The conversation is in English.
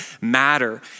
matter